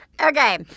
Okay